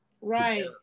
Right